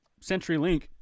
CenturyLink